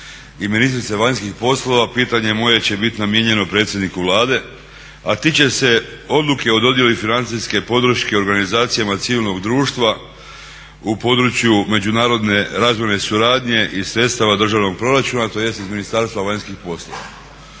ministrice vanjskih poslova pitanje moje će biti namijenjeno predsjedniku Vlade, a tiče se odluke o dodjeli financijske podrške organizacijama civilnog društva u području međunarodne .../Govornik se ne razumije./… suradnje iz sredstava državnog proračuna tj. iz Ministarstva vanjskih poslova.